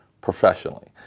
professionally